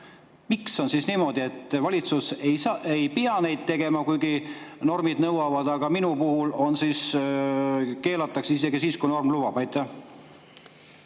Miks on niimoodi, et valitsus ei pea neid tegema, kuigi normid nõuavad, aga minu puhul keelatakse isegi siis, kui norm lubab? Aitäh